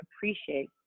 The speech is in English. appreciate